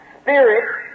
spirit